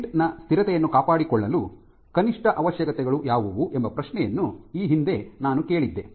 tent ನ ಸ್ಥಿರತೆಯನ್ನು ಕಾಪಾಡಿಕೊಳ್ಳಲು ಕನಿಷ್ಠ ಅವಶ್ಯಕತೆಗಳು ಯಾವುವು ಎಂಬ ಪ್ರಶ್ನೆಯನ್ನು ಈ ಹಿಂದೆ ನಾನು ಕೇಳಿದ್ದೆ